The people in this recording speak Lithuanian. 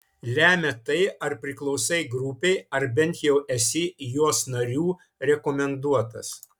lemia tai ar priklausai grupei arba bent jau esi jos narių rekomenduotas